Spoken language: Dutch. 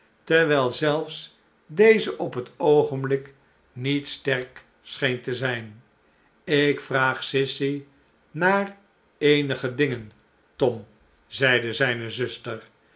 terwijl zelfs deze op het oogenblik niet sterk scheen te zijn ik vraag sissy naar eenige dingen tom zeide zijne zuster